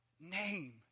name